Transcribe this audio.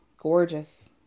gorgeous